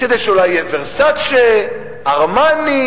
כדי שאולי יהיה "ורסצ'ה", "ארמני".